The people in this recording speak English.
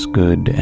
good